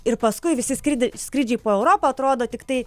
ir paskui visi skridę skrydžiai po europą atrodo tiktai